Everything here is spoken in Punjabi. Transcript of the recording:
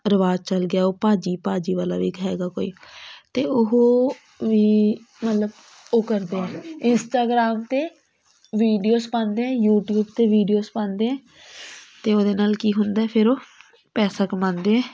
ਰਿਵਾਜ਼ ਚਲ ਗਿਆ ਉਹ ਭਾਅ ਜੀ ਭਾਅ ਜੀ ਵਾਲਾ ਵੀ ਹੈਗਾ ਕੋਈ ਅਤੇ ਉਹ ਵੀ ਮਤਲਬ ਉਹ ਕਰਦੇ ਹੈ ਇੰਸਟਾਗਰਾਮ 'ਤੇ ਵੀਡੀਓਜ ਪਾਉਂਦੇ ਹੈ ਯੂਟੀਊਬ 'ਤੇ ਵੀਡੀਓਜ ਪਾਉਂਦੇ ਹੈ ਅਤੇ ਉਹਦੇ ਨਾਲ ਕੀ ਹੁੰਦਾ ਫਿਰ ਉਹ ਪੈਸਾ ਕਮਾਉਂਦੇ